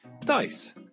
dice